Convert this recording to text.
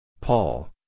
Paul